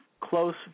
close